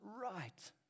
right